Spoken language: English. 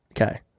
Okay